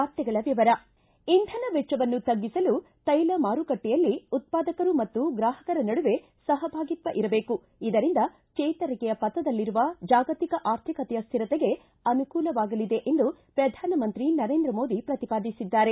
ವಾರ್ತೆಗಳ ವಿವರ ಇಂಧನ ವೆಚ್ಚವನ್ನು ತಗ್ಗಿಸಲು ತೈಲ ಮಾರುಕಟ್ನೆಯಲ್ಲಿ ಉತ್ತಾದಕರು ಮತ್ತು ಗ್ರಾಹಕರ ನಡುವೆ ಸಹಭಾಗಿತ್ತ ಇರಬೇಕು ಇದರಿಂದ ಚೇತರಿಕೆಯ ಪಥದಲ್ಲಿರುವ ಜಾಗತಿಕ ಆರ್ಥಿಕತೆಯ ಸ್ವಿರತೆಗೆ ಅನುಕೂಲವಾಗಲಿದೆ ಎಂದು ಪ್ರಧಾನಮಂತ್ರಿ ನರೇಂದ್ರ ಮೋದಿ ಪ್ರತಿಪಾದಿಸಿದ್ದಾರೆ